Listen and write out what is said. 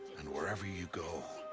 and wherever you go.